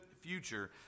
future